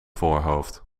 voorhoofd